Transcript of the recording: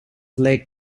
lake